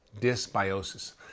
dysbiosis